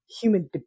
human